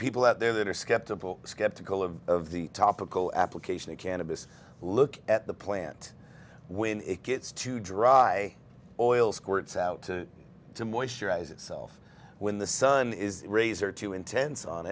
people out there that are skeptical skeptical of of the topical application of cannabis look at the plant when it gets too dry oil squirts out to moisturize itself when the sun is razor too intense on